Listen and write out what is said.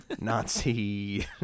Nazi